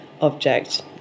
object